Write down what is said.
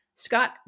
Scott